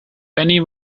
penny